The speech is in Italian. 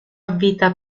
vita